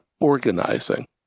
organizing